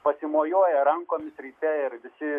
pasimojuoja rankomis ryte ir visi